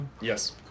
yes